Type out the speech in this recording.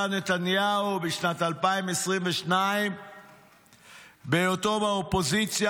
נתניהו בשנת 2022 בהיותו באופוזיציה,